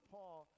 Paul